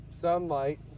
sunlight